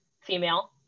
female